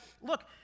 look